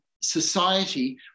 society